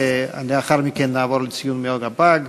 ולאחר מכן נעבור לציון יום הפג.